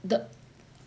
the